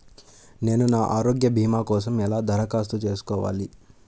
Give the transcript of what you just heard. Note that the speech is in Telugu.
నేను ఆరోగ్య భీమా కోసం ఎలా దరఖాస్తు చేసుకోవాలి?